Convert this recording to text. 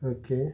okay